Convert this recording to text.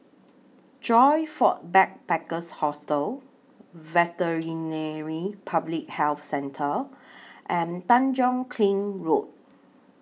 Joyfor Backpackers' Hostel Veterinary Public Health Centre and Tanjong Kling Road